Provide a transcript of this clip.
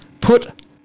put